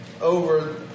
over